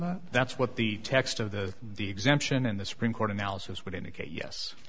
that that's what the text of the the exemption and the supreme court analysis would indicate yes